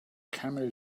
camel